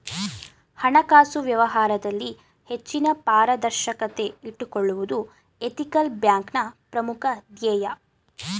ಹಣಕಾಸು ವ್ಯವಹಾರದಲ್ಲಿ ಹೆಚ್ಚಿನ ಪಾರದರ್ಶಕತೆ ಇಟ್ಟುಕೊಳ್ಳುವುದು ಎಥಿಕಲ್ ಬ್ಯಾಂಕ್ನ ಪ್ರಮುಖ ಧ್ಯೇಯ